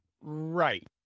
Right